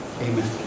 amen